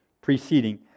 preceding